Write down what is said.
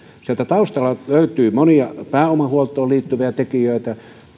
sieltä taustalta löytyy monia pääomahuoltoon liittyviä tekijöitä